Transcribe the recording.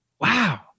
Wow